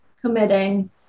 committing